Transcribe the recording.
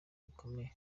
bukomeye